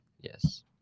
Yes